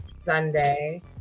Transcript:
Sunday